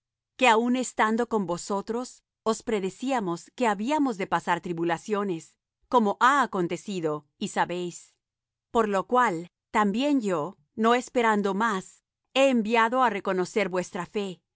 que aun estando con vosotros os predecíamos que habíamos de pasar tribulaciones como ha acontecido y sabéis por lo cual también yo no esperando más he enviado á reconocer vuestra fe